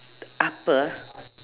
upper